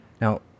Now